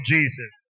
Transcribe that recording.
Jesus